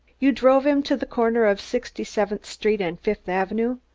you drove him to the corner of sixty-seventh street and fifth avenue,